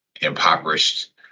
impoverished